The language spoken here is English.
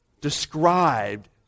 described